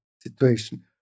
situation